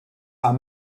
are